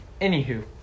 anywho